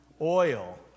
oil